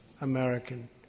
American